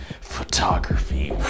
photography